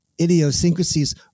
idiosyncrasies